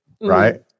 right